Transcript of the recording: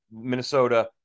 Minnesota